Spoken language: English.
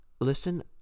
listen